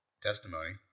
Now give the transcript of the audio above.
testimony